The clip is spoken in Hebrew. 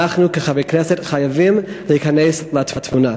חברי, אנחנו, כחברי כנסת, חייבים להיכנס לתמונה.